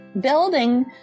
building